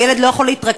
והילד לא יכול להתרכז,